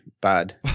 bad